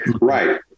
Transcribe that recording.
Right